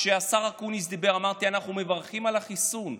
כשהשר אקוניס דיבר: אנחנו מברכים על החיסון.